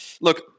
Look